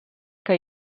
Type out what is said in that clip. que